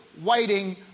waiting